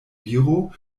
viro